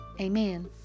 Amen